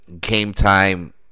game-time